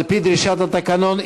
על-פי דרישת התקנון,